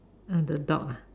uh the dog ah